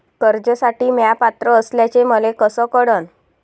कर्जसाठी म्या पात्र असल्याचे मले कस कळन?